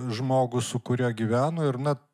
žmogų su kuriuo gyveno ir na